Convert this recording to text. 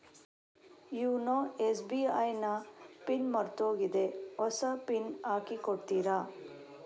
YONO SBI ನ PIN ಮರ್ತೋಗಿದೆ ಹೊಸ ಪಿನ್ ಹಾಕಿ ಕೊಡ್ತೀರಾ?